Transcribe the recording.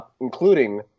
including